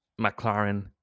McLaren